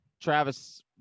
Travis